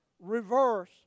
reverse